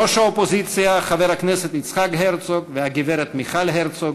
ראש האופוזיציה חבר הכנסת יצחק הרצוג והגברת מיכל הרצוג,